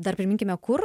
dar priminkime kur